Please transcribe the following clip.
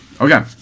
okay